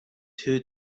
too